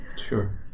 Sure